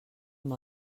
amb